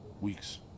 weeks